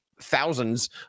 thousands